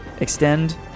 extend